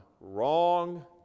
wrong